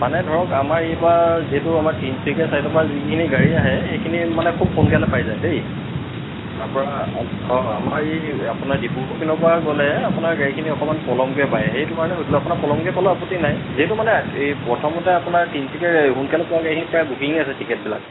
মানে ধৰক আমাৰ এইবাৰ যিহেতু আমাৰ তিনিচুকীয়া চাইডৰ পৰা যিখিনি গাড়ী আহে সেইখিনি মানে খুব সোনকালে পাই যায় দেই তাৰপৰা অঁ আমাৰ এই আপোনাৰ ডিব্ৰুগড় পিনৰ পৰা গ'লে আপোনাৰ গাড়ীখিনি অকণমান পলমকৈ পায় সেইটো কাৰণে সুধিলোঁ আপোনাৰ পলমকৈ পালেও আপত্তি নাই যিহেতু মানে এই প্ৰথমতে আপোনাৰ তিনিচুকীয়া সোনকালে পোৱা গাড়ীখিনি প্ৰায় বুকিঙেই আছে টিকেটবিলাক